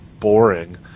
boring